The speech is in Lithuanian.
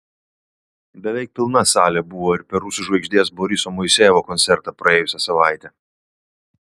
beveik pilna salė buvo ir per rusų žvaigždės boriso moisejevo koncertą praėjusią savaitę